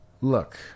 Look